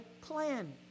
plan